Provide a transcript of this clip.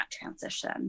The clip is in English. transition